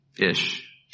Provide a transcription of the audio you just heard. ish